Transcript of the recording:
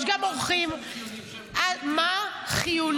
יש גם אורחים --- יש דברים שאנחנו מאמינים שהם חיוניים,